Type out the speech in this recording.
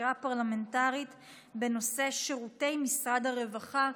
חקירה פרלמנטרית בנושא שירותי משרד הרווחה,